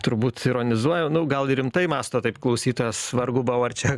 turbūt ironizuoja nu gal ir rimtai mąsto taip klausytojas vargu bau ar čia